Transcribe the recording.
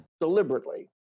deliberately